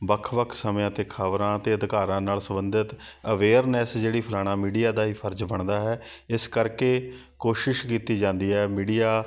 ਵੱਖ ਵੱਖ ਸਮਿਆਂ 'ਤੇ ਖ਼ਬਰਾਂ ਅਤੇ ਅਧਿਕਾਰਾਂ ਨਾਲ ਸੰਬੰਧਿਤ ਅਵੇਅਰਨੈਂਸ ਜਿਹੜੀ ਫੈਲਾਉਣਾ ਮੀਡੀਆ ਦਾ ਹੀ ਫਰਜ਼ ਬਣਦਾ ਹੈ ਇਸ ਕਰਕੇ ਕੋਸ਼ਿਸ਼ ਕੀਤੀ ਜਾਂਦੀ ਹੈ ਮੀਡੀਆ